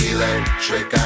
Electric